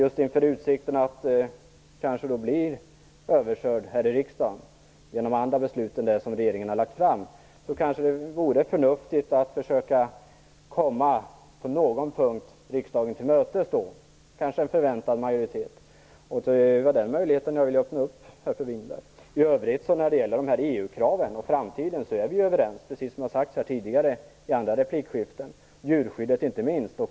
Just inför utsikten att kanske bli överkörd här i riksdagen genom andra beslut än det som regeringen har lagt fram vore det kanske förnuftigt att på någon punkt försöka gå riksdagen till mötes. Jag tänker på en eventuell förväntad majoritet. Det är den möjligheten jag vill öppna för här, fru Winberg! I övrigt är vi överens när det gäller EU-kraven och framtiden, precis som framgått av tidigare replikskiften. Inte minst gäller det djurskyddet.